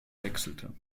wechselte